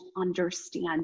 understand